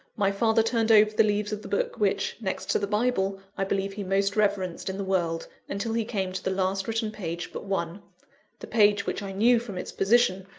my father turned over the leaves of the book which, next to the bible, i believe he most reverenced in the world, until he came to the last-written page but one the page which i knew, from its position,